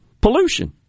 pollution